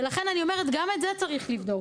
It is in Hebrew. ולכן אני אומרת שגם את זה צריך לבדוק.